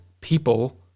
people